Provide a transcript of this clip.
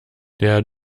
der